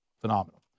phenomenal